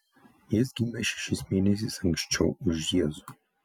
jis gimė šešiais mėnesiais anksčiau už jėzų